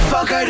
Fuck